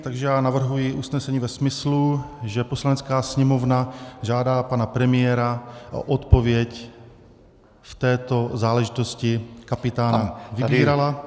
Takže já navrhuji usnesení ve smyslu, že Poslanecká sněmovna žádá pana premiéra o odpověď v této záležitosti kapitána Vybírala...